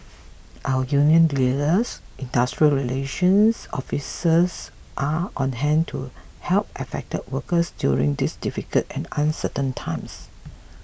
our union leaders industrial relations officers are on hand to help affected workers during these difficult and uncertain times